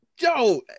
yo